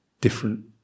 different